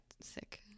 sick